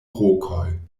rokoj